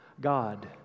God